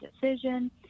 decision